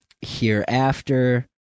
Hereafter